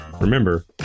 Remember